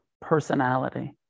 personality